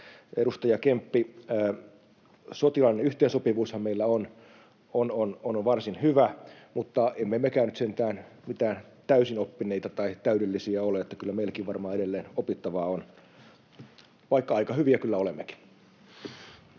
Edustaja Kemppi, sotilaallinen yhteensopivuushan meillä on varsin hyvä, mutta emme mekään nyt sentään mitään täysin oppineita tai täydellisiä ole, että kyllä meilläkin varmaan edelleen opittavaa on, vaikka aika hyviä kyllä olemmekin.